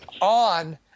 on